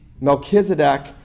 Melchizedek